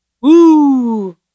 Woo